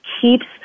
keeps